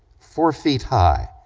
four feet high,